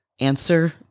answer